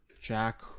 Jack